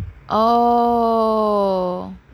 oh